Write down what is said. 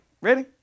Ready